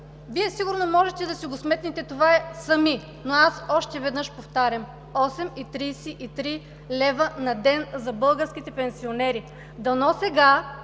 Вие сигурно можете да сметнете това сами, но аз още веднъж повтарям: 8,33 лв. на ден за българските пенсионери!